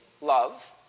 love